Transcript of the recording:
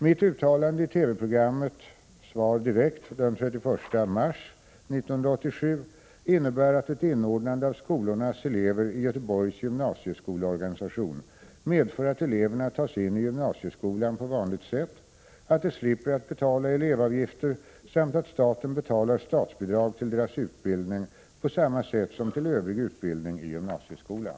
Mitt uttalande i TV-programmet Svar direkt den 31 mars 1987 innebär att ett inordnande av skolornas elever i Göteborgs gymnasieskoleorganisation medför att eleverna tas in i gymnasieskolan på vanligt sätt, att de slipper att betala elevavgifter samt att staten betalar statsbidrag till deras utbildning på samma sätt som till övrig utbildning i gymnasieskolan.